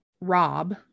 Rob